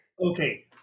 Okay